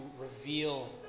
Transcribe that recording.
reveal